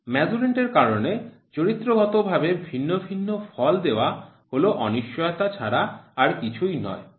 measurand এর কারণে চরিত্রগত ভাবে ভিন্ন ভিন্ন ফল দেওয়া হল অনিশ্চয়তা ছাড়া আর কিছুই নয়